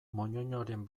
moñoñoren